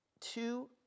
two